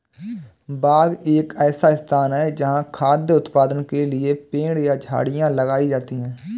बाग एक ऐसा स्थान है जहाँ खाद्य उत्पादन के लिए पेड़ या झाड़ियाँ लगाई जाती हैं